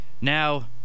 Now